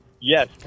Yes